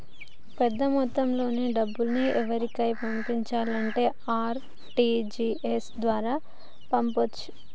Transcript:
పెద్దమొత్తంలో డబ్బుల్ని ఎవరికైనా పంపించాలంటే ఆర్.టి.జి.ఎస్ ద్వారా పంపొచ్చు